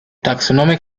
taxonomic